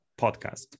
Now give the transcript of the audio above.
podcast